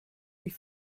wie